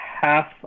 half